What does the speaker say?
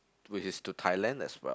which is to Thailand as well